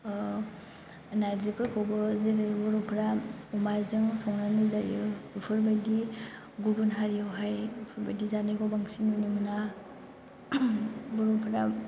नार्जिफोरखौबो जेरै बर'फ्रा अमाजों संनानै जायो बेफोर बायदि गुबुन हारियाव हाय बेफोर बायदि जानायखौ बांसिन नुनो मोना बर'फोरा